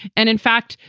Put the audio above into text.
and in fact,